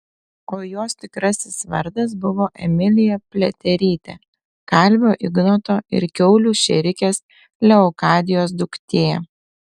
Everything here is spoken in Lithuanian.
o jos tikrasis vardas buvo emilija pliaterytė kalvio ignoto ir kiaulių šėrikės leokadijos duktė